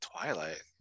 Twilight